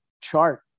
chart